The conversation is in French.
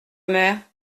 mère